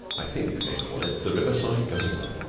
i think they call it the riverside geyser.